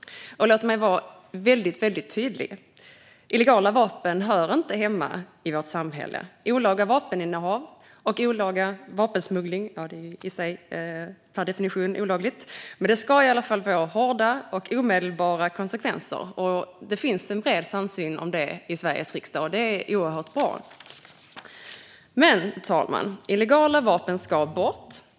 Låt mig vara väldigt tydlig. Illegala vapen hör inte hemma i vårt samhälle. Olaga vapeninnehav och vapensmuggling ska leda till hårda och omedelbara konsekvenser. Det finns en bred samsyn om det i Sveriges riksdag, och det är bra. Fru talman! Illegala vapen ska bort.